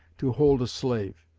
to hold a slave.